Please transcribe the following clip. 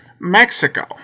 Mexico